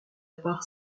part